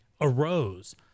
arose